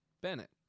Bennett